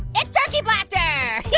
it's turkey blaster! yeah